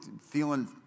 feeling